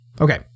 Okay